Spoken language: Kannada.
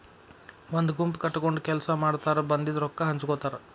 ಒಂದ ಗುಂಪ ಕಟಗೊಂಡ ಕೆಲಸಾ ಮಾಡತಾರ ಬಂದಿದ ರೊಕ್ಕಾ ಹಂಚಗೊತಾರ